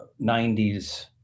90s